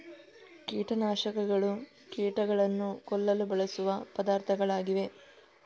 ಕೀಟ ನಾಶಕಗಳು ಕೀಟಗಳನ್ನು ಕೊಲ್ಲಲು ಬಳಸುವ ಪದಾರ್ಥಗಳಾಗಿವೆ